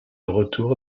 retour